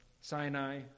Sinai